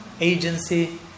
agency